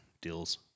deals